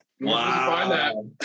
Wow